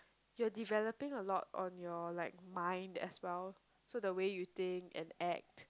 you're developing a lot on your like mind as well so the way you think and act